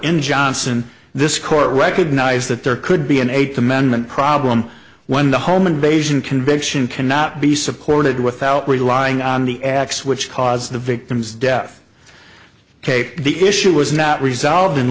in johnson this court recognized that there could be an eighth amendment problem when the home invasion conviction cannot be supported without relying on the acts which caused the victim's death kate the issue was not resolved in